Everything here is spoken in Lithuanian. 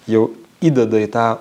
jau įdeda į tą